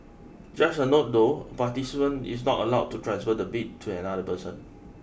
just a note though a participant is not allowed to transfer the bib to another person